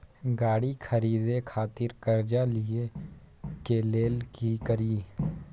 गाड़ी खरीदे खातिर कर्जा लिए के लेल की करिए?